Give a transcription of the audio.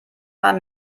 man